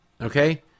okay